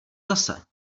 zase